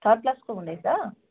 third प्लकको हुँदैछ